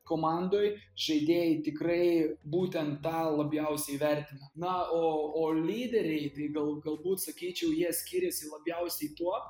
komandoj žaidėjai tikrai būtent tą labiausiai vertina na o o lyderiai tai gal galbūt sakyčiau jie skiriasi labiausiai tuo